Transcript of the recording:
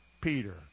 Peter